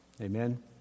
Amen